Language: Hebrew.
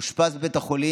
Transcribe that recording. הוא אושפז בבית החולים.